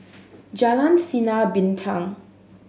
Jalan Sinar Bintang